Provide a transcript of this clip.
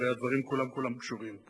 הרי הדברים כולם-כולם קשורים.